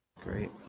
Great